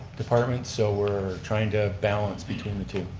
department. so we're trying to balance between the two.